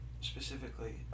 specifically